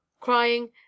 Crying